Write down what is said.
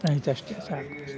ಆಯ್ತು ಅಷ್ಟೇ ಸಾಕು